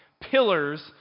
pillars